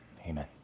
amen